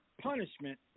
Punishment